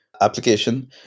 application